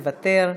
מוותר,